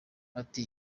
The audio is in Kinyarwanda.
ati